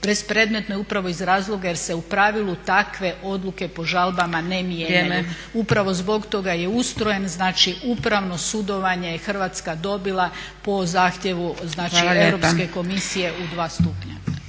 Bespredmetno je upravo iz razloga jer se u pravilu takve odluke po žalbama ne mijenjaju. … /Upadica Zgrebec: Vrijeme./… Upravo zbog toga je ustrojen, znači upravno sudovanje je Hrvatska dobila po zahtjevu znači Europske komisije u 2 stupnja.